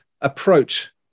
approach